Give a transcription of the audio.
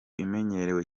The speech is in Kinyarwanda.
imenyerewe